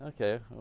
Okay